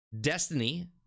Destiny